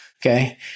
Okay